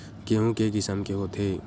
गेहूं के किसम के होथे?